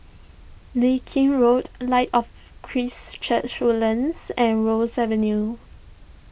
Leng Kee Road Light of Christ Church Woodlands and Ross Avenue